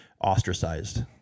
ostracized